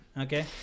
okay